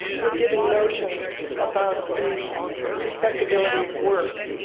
we're given notions about the respectibility of work.